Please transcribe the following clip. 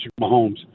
Mahomes